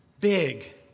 big